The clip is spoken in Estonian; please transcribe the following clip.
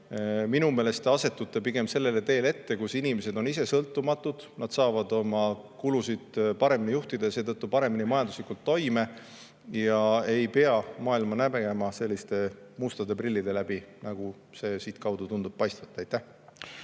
minu meelest te asetute pigem sellele teele ette, kus inimesed on sõltumatud, nad saavad oma kulusid paremini juhtida ja seetõttu paremini majanduslikult toime [tulla] ega pea jääma nägema maailma selliste mustade prillide läbi, nagu see siitkaudu tundub paistvat.